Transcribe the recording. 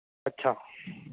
ਅੱਛਾ